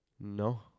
No